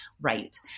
right